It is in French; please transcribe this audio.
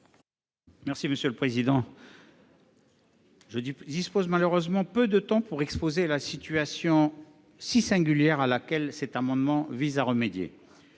est à M. Georges Naturel. Je dispose malheureusement de peu de temps pour exposer la situation si singulière à laquelle cet amendement tend à remédier.